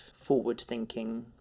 forward-thinking